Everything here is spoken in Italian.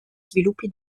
sviluppi